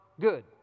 good